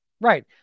Right